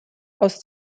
aus